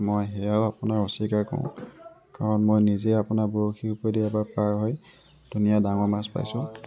মই সেয়াও আপোনাৰ অস্বীকাৰ কৰোঁ কাৰণ মই নিজে আপোনাৰ বৰশী ওপৰেদি এবাৰ পাৰ হৈ ধুনীয়া ডাঙৰ মাছ পাইছোঁ